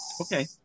Okay